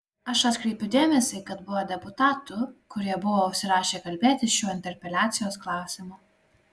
aš atkreipiu dėmesį kad buvo deputatų kurie buvo užsirašę kalbėti šiuo interpeliacijos klausimu